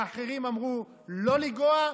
ואחרים אמרו "לא לנגוע",